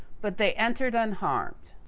but they entered unharmed.